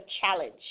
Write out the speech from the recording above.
challenge